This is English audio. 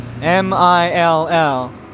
M-I-L-L